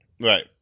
right